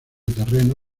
terreno